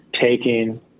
taking